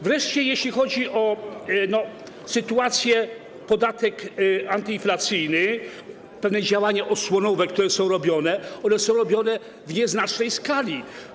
Wreszcie jeśli chodzi o sytuację i podatek antyinflacyjny, pewne działania osłonowe, które są robione, są robione w nieznacznej skali.